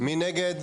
1 נגד,